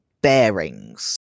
bearings